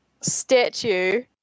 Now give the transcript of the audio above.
statue